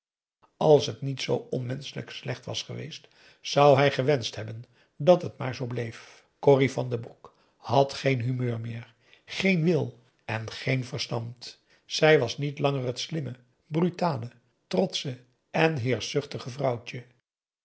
als het niet zoo onmenschelijk slecht was geweest zou hij gewenscht hebben dat het maar zoo bleef corrie van den broek had geen humeur meer geen wil en geen verstand zij was niet langer het slimme brutale trotsche en heerschzuchtige vrouwtje